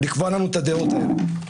לקבוע לנו את הדעות האלה.